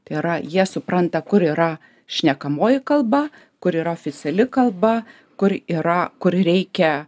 tai yra jie supranta kur yra šnekamoji kalba kur yra oficiali kalba kur yra kur reikia